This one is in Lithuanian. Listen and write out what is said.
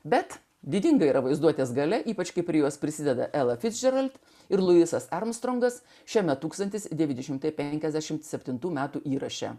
bet didinga yra vaizduotės galia ypač kaip ir jos prisideda ela ficdžerald ir luisas armstrongas šiame tūkstantis devyni šimtai penkiasdešimt septintų metų įraše